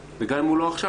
וגם אם הוא לא עכשיו,